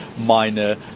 minor